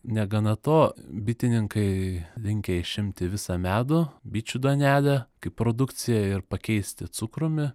negana to bitininkai linkę išimti visą medų bičių duonelė kaip produkciją ir pakeisti cukrumi